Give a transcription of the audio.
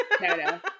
No